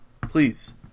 Please